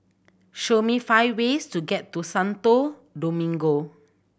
show me five ways to get to Santo Domingo